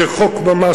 שחוק ממש,